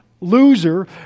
loser